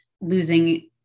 losing